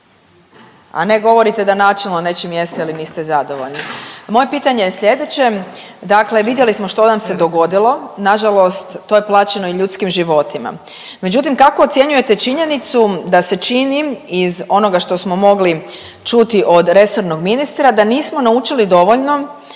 a ne govorite da načelno nečim jeste ili niste zadovoljni. Moje pitanje je slijedeće. Dakle vidjeli smo što nam se dogodilo. Nažalost to je plaćeno i ljudskim životima međutim kako ocjenjujete činjenicu da se čini iz onoga što smo mogli čuti od resornog ministra, da nismo naučili dovoljno